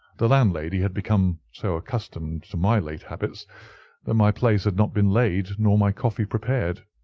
the landlady had become so accustomed to my late habits that my place had not been laid nor my coffee prepared.